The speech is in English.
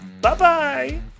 Bye-bye